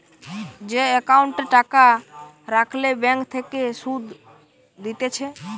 যে একাউন্টে টাকা রাখলে ব্যাঙ্ক থেকে সুধ দিতেছে